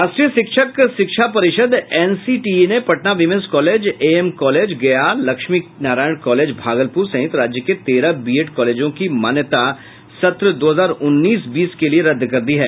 राष्ट्रीय शिक्षक शिक्षा परिषद एनसीटीई ने Patna women's college AM college Gaya Lakshmi Narayan college Bhagalpur सहित राज्य के तेरह बीएड कॉलेजों की मान्यता सत्र दो हजार उन्नीस बीस के लिये रद्द कर दी है